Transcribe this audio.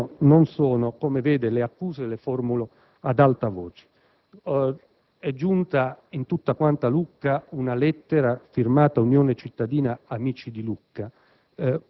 Infine (come vede io le accuse le formulo ad alta voce), è giunta in tutta Lucca una lettera firmata Unione cittadina amici di Lucca,